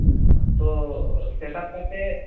ᱛᱚ ᱥᱮᱴᱟᱯ ᱠᱟᱛᱮ